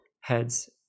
heads